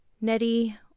Nettie